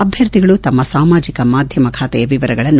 ಅಭ್ಯರ್ಥಿಗಳು ತಮ್ಮ ಸಾಮಾಜಿಕ ಮಾಧ್ಯಮ ಖಾತೆಯ ವಿವರಗಳನ್ನು